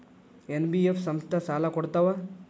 NBF ಸಂಸ್ಥಾ ಸಾಲಾ ಕೊಡ್ತಾವಾ?